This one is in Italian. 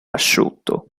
asciutto